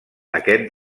aquest